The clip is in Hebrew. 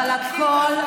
אבל הכול,